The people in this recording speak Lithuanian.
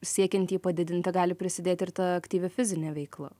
siekiant jį padidinti gali prisidėti ir ta aktyvi fizinė veikla